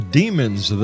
demons